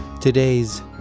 Today's